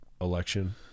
election